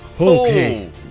Okay